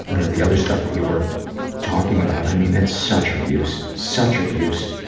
you know the other stuff that you were talking about. i mean, that's such abuse, such abuse.